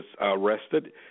arrested